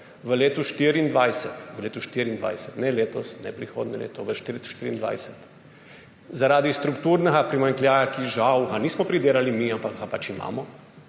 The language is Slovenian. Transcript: v letu 2024, ne letos, ne prihodnje leto, v 2024 zaradi strukturnega primanjkljaja, ki ga žal – ga nismo pridelali mi – pač imamo,